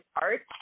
art